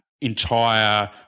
entire